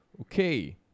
Okay